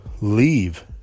leave